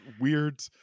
weird